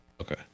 Okay